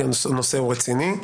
כי הנושא הוא רציני.